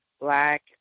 black